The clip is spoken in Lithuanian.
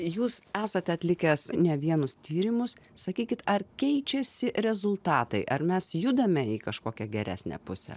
jūs esate atlikęs ne vienus tyrimus sakykit ar keičiasi rezultatai ar mes judame į kažkokią geresnę pusę